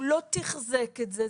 הוא לא תחזק את זה,